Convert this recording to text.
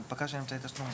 "המפקח" של אמצעי תשלום,